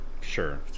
Sure